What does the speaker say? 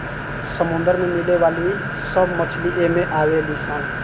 समुंदर में मिले वाली सब मछली एमे आवे ली सन